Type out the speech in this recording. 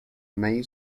mail